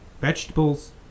vegetables